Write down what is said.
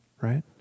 right